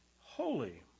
holy